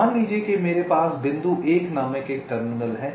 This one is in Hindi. मान लीजिए कि मेरे पास बिंदु 1 नामक एक टर्मिनल है